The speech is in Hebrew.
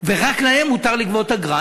ורק להם מותר לגבות אגרה.